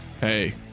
Hey